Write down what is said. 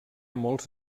molts